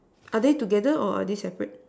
are they together or are they separate